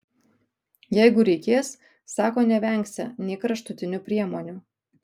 jeigu reikės sako nevengsią nė kraštutinių priemonių